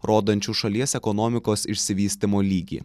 rodančių šalies ekonomikos išsivystymo lygį